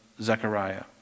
Zechariah